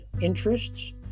interests